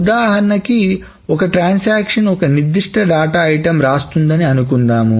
ఉదాహరణకి ఒక ట్రాన్సాక్షన్ ఒక నిర్దిష్ట డేటా ఐటెం రాస్తుందని అనుకుందాం